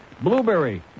Blueberry